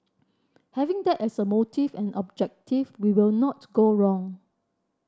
having that as a motive and objective we will not go wrong